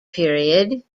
period